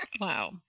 Wow